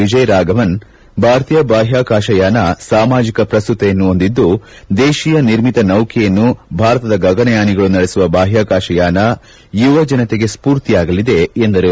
ವಿಜಯ್ ರಾಘವನ್ ಭಾರತೀಯ ಬಾಹ್ಕಾಕಾಶಯಾನ ಸಾಮಾಜಿಕ ಪ್ರಸ್ತುತತೆಯನ್ನು ಹೊಂದಿದ್ದು ದೇಶೀಯ ನಿರ್ಮಿತ ನೌಕೆಯಲ್ಲಿ ಭಾರತದ ಗಗನಯಾನಿಗಳು ನಡೆಸುವ ಬಾಹ್ಕಾಕಾಶಯಾನ ಯುವಜನತೆಗೆ ಸ್ಪೂರ್ತಿಯಾಗಲಿದೆ ಎಂದರು